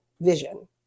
vision